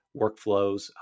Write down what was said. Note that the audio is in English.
workflows